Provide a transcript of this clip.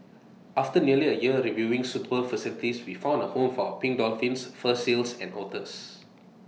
after nearly A year reviewing suitable facilities we found A home for pink dolphins fur seals and otters